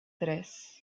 tres